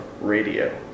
radio